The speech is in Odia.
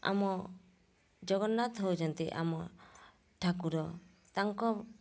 ଆମ ଜଗନ୍ନାଥ ହେଉଛନ୍ତି ଆମ ଠାକୁର ତାଙ୍କ